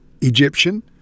Egyptian